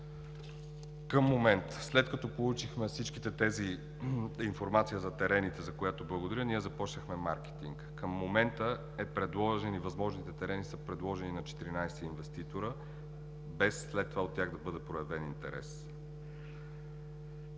Към момента. След като получихме информация за терените, за която благодаря, ние започнахме маркетинг. Към момента възможните терени са предложени на 14 инвеститори, без след това от тях да бъде проявен интерес.